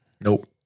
Nope